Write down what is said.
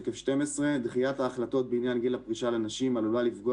שקף 12. דחיית ההחלטות בעניין גיל הפרישה לנשים עלולה לפגוע